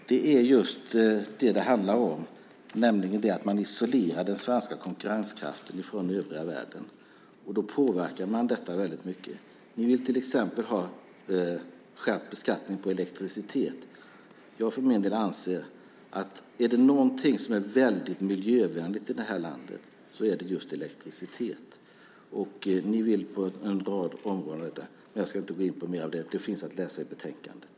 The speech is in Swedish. Fru talman! Det är just vad det handlar om. Man isolerar den svenska konkurrenskraften från övriga världen. Då påverkar man väldigt mycket. Ni vill till exempel ha skärpt beskattning på elektricitet. Jag för min del anser att om det är någonting som är väldigt miljövänligt i det här landet är det just elektricitet. Ni vill göra saker på en rad områden. Jag ska gå in mer på det. Det finns att läsa i betänkandet.